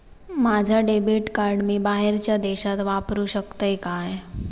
माझा debit card मी बाहेरच्या देशात वापरू शकतय काय?